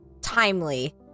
timely